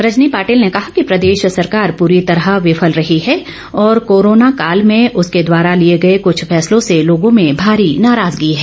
रजनी पाटिल ने कहा ॉक प्रदेश सरकार पूरी तरह विफल रही है और कोरोना काल में उसके द्वारा लिए गए कुछ फैसलों से लोगों में भारी नाराजगी है